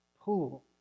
pool